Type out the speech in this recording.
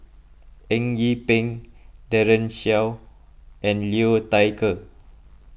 Eng Yee Peng Daren Shiau and Liu Thai Ker